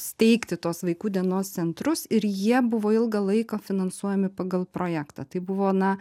steigti tuos vaikų dienos centrus ir jie buvo ilgą laiką finansuojami pagal projektą tai buvo na